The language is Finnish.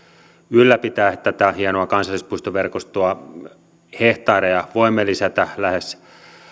ylläpitää tätä hienoa kansallispuistoverkostoa hehtaareja voimme lisätä lähes